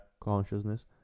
consciousness